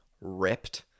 ripped